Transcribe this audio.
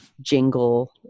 jingle